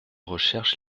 recherches